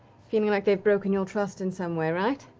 feeling like they've broken your trust in some way, right?